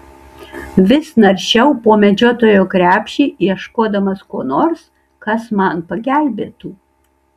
vis naršiau po medžiotojo krepšį ieškodamas ko nors kas man pagelbėtų